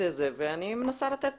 ואני מנסה לתת